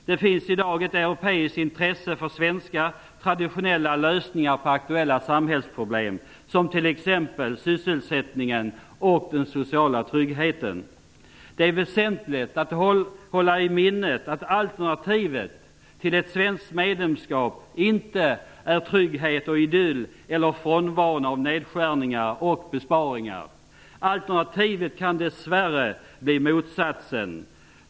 Det finns i dag ett europeiskt intresse för svenska traditionella lösningar på aktuella samhällsproblem som t.ex. sysselsättningen och den sociala tryggheten. Det är väsentligt att hålla i minnet att alternativet till ett svenskt medlemskap inte är trygghet och idyll eller frånvaron av nedskärningar och besparingar. Alternativet kan dess värre bli motsatsen.